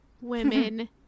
women